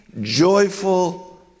joyful